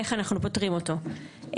איך אנחנו פותרים אותו כמדיניות.